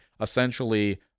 Essentially